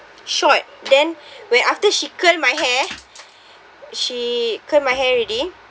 short then when after she curled my hair she curled my hair already